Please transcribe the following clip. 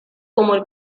como